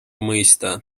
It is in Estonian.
mõista